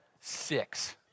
six